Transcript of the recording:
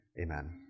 Amen